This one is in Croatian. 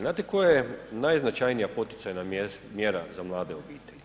Znate koja je najznačajnija poticajna mjera za mlade obitelji?